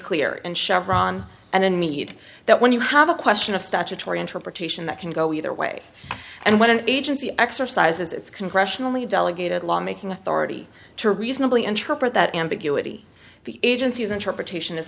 clear in chevron and in need that when you have a question of statutory interpretation that can go either way and when an agency exercises its congressionally delegated lawmaking authority to reasonably interpret that ambiguity the agencies interpretation is